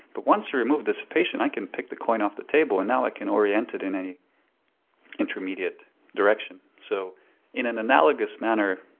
but once you remove dissipation, i can pick the coin off the table and now i can orient it in an intermediate direction. so in an analogous manner,